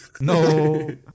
No